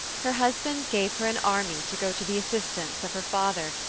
her husband gave her an army to go to the assistance of her father,